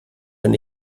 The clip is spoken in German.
wenn